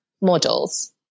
models